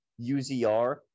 UZR